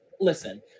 listen